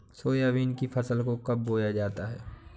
Soybean की फसल को कब बोया जाता है?